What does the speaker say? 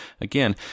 again